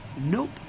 nope